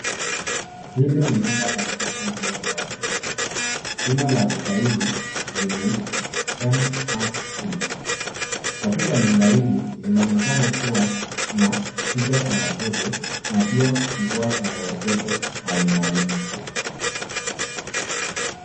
Hili ni nyumba la kuuza nguo za watoto. Jina la duka hili inaitwa cs[mrp]cs, katika nyumba hili linaonekana kuwa na picha za watoto na pia nguo za watoto aina aina.